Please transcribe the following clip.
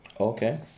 Okay